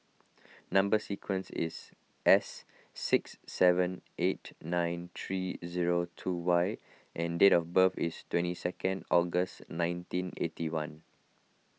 Number Sequence is S six seven eight nine three zero two Y and date of birth is twenty second August nineteen eighty one